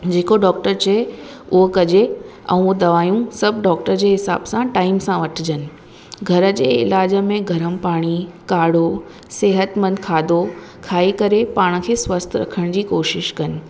जेको डॉक्टर चए उहो कजे ऐं दवाऊं सभु डॉक्टर जे हिसाबु सां टाइम सां वठिजनि घर जे इलाज में गरमु पाणी काड़ो सिहतमंद खाधो खाई करे पाण खे स्वस्थ रखण जी कोशिशि कनि